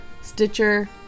Stitcher